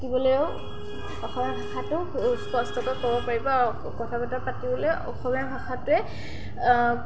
থাকিবলৈও অসমীয়া ভাষাটো স্পষ্টকৈ ক'ব পাৰিব আৰু কথা বতৰা পাতিবলৈ অসমীয়া ভাষাটোৱেই